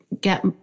get